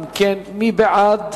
אם כן, מי בעד?